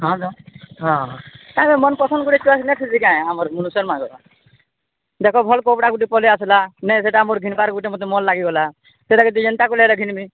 ହଁ ହଁ ତା ମନ ପସନ୍ଦ ଗୁଟେ ଚୁ ଆସିଲେ ଜାଇଁ ଆମର୍ ଭୁନୁସ୍ୱର ମାଗ ଦେଖ ଭଲ କପଡ଼ା ଗୁଟେ ପଲେଇସଲା ନାଇ ସେଟା ଆର୍ ଘିଣିବାର୍ ଗୁଟେ ମତେ ମନ ଲାଗଗଲା ସେଟା କି ଯେନ୍ତା କରି ହେଲେ ଘିନ୍ମି